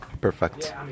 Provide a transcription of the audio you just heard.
perfect